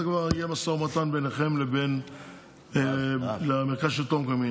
זה כבר יהיה משא ומתן ביניכם למרכז לשלטון מקומי.